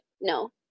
no